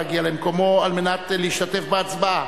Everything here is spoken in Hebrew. להגיע למקומו על מנת להשתתף בהצבעה.